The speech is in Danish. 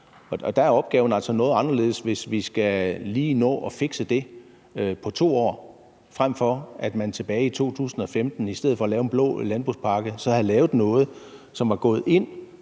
Der er opgaven altså noget anderledes, hvis vi lige skal nå at fikse det på 2 år, frem for at man tilbage i 2015 i stedet for at lave en blå landbrugspakke havde lavet noget, som var gået ind